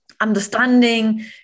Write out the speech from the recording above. understanding